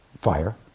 fire